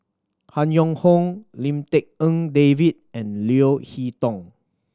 Han Yong Hong Lim Tik En David and Leo Hee Tong